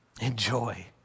Enjoy